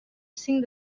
cinc